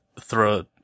throw